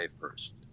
first